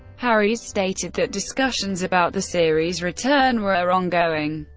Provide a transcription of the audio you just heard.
harries stated that discussions about the series' return were ongoing,